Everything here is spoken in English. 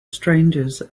strangers